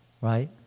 Right